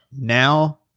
now